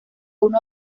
uno